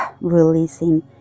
releasing